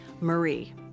Marie